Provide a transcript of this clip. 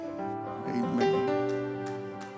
Amen